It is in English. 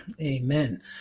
Amen